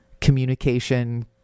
communication